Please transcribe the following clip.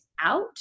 out